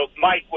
Mike